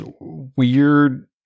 weird